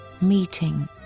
meeting